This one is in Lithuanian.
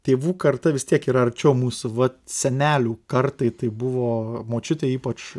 tėvų karta vis tiek yra arčiau mūsų va senelių kartai tai buvo močiutei ypač